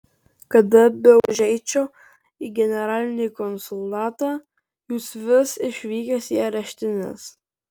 kada beužeičiau į generalinį konsulatą jūs vis išvykęs į areštines